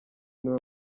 niwe